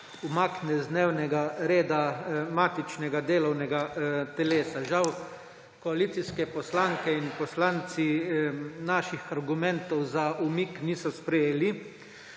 umakne z dnevnega reda matičnega delovnega telesa. Žal koalicijske poslanke in poslanci naših argumentov za umik niso sprejeli,